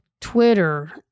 Twitter